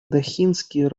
дохинский